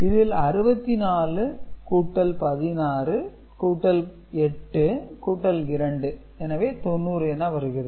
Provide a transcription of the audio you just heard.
இதில் 64 கூட்டல் 16 கூட்டல் 8 கூட்டல் 2 எனவே 90 என வருகிறது